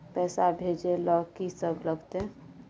पैसा भेजै ल की सब लगतै?